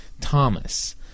Thomas